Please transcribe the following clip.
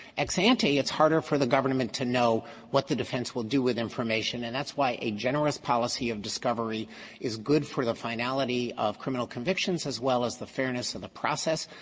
ex ante is harder for the government to know what the defense will do with information and that's why a generous policy of discovery is good for the finality of criminal convictions as well as the fairness of the process.